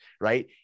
right